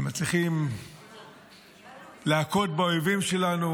הם מצליחים להכות באויבים שלנו,